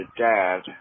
dad